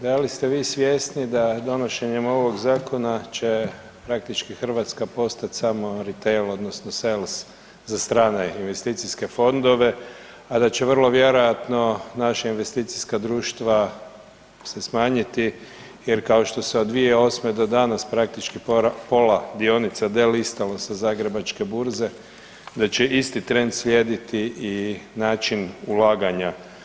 Da li ste vi svjesni da donošenjem ovog zakona će praktički Hrvatska postat samo ritel odnosno sels za strane investicijske fondove, a da će vrlo vjerojatno naša investicijska društva se smanjiti jer kao što se odvija od '08. do danas praktički pola dionica … [[Govornik se ne razumije]] sa Zagrebačke burze da će isti trend slijediti i način ulaganja?